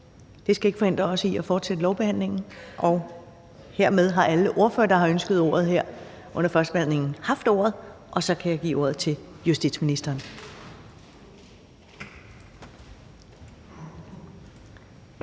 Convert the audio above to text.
det skal ikke forhindre os i at fortsætte lovbehandlingen, og hermed har alle ordførere, der har ønsket ordet her under førstebehandlingen, haft ordet, og jeg kan så give ordet til justitsministeren.